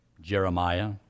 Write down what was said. Jeremiah